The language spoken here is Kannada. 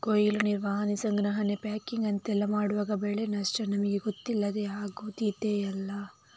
ಕೊಯ್ಲು, ನಿರ್ವಹಣೆ, ಸಂಗ್ರಹಣೆ, ಪ್ಯಾಕಿಂಗ್ ಅಂತೆಲ್ಲ ಮಾಡುವಾಗ ಬೆಳೆ ನಷ್ಟ ನಮಿಗೆ ಗೊತ್ತಿಲ್ಲದೇ ಆಗುದಿದೆಯಲ್ಲ